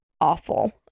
awful